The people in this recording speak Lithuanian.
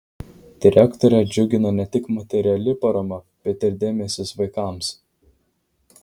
direktorę džiugina ne tik materiali parama bet ir dėmesys vaikams